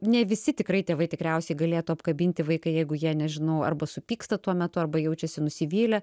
ne visi tikrai tėvai tikriausiai galėtų apkabinti vaiką jeigu jie nežinau arba supyksta tuo metu arba jaučiasi nusivylę